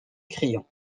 crayons